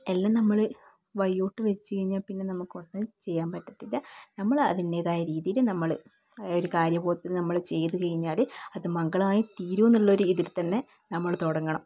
എല്ലാം നമ്മൾ വയ്യോട്ട് വെച്ച് കഴിഞ്ഞാൽ പിന്നെ നമുക്കൊന്നും ചെയ്യാൻ പറ്റത്തില്ല നമ്മളതിന്റെതായ രീതിയിൽ നമ്മൾ ഒരു കാര്യപോക്കിനു നമ്മൾ ചെയ്ത് കഴിഞ്ഞാൽ അത് മംഗളമായി തീരൂന്നുള്ള ഒരു ഇതിൽ തന്നെ നമ്മൾ തുടങ്ങണം